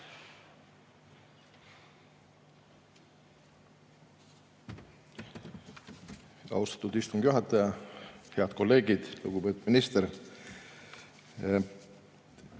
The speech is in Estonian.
Austatud istungi juhataja! Head kolleegid! Lugupeetud minister!